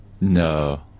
No